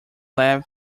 lab